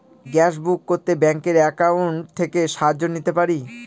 Gas book করতে ব্যাংকের account থেকে সাহায্য নিতে পারি?